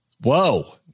Whoa